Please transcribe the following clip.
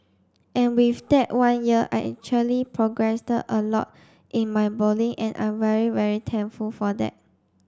and with that one year I actually a lot in my bowling and I'm very very thankful for that